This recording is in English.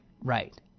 right